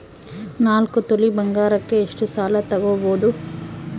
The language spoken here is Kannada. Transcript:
ನಾಲ್ಕು ತೊಲಿ ಬಂಗಾರಕ್ಕೆ ಎಷ್ಟು ಸಾಲ ತಗಬೋದು?